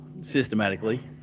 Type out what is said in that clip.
systematically